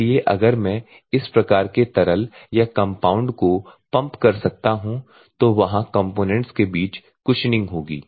इसलिए अगर मैं इस प्रकार के तरल या कम्पाउन्ड को पंप कर सकता हूं तो वहां कंपोनेंट्स के बीच कुशनिंग होगी